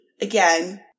again